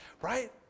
Right